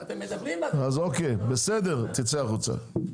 תצא החוצה.